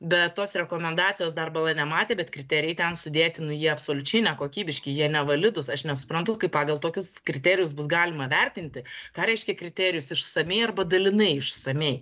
bet tos rekomendacijos dar bala nematė bet kriterijai ten sudėti nu jie absoliučiai nekokybiški jie nevalidūs aš nesuprantu kaip pagal tokius kriterijus bus galima vertinti ką reiškia kriterijus išsamiai arba dalinai išsamiai